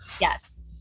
Yes